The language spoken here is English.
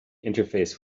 interface